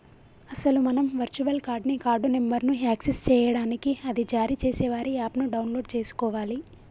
అసలు మనం virtual card ని కార్డు నెంబర్ను యాక్సెస్ చేయడానికి అది జారీ చేసే వారి యాప్ ను డౌన్లోడ్ చేసుకోవాలి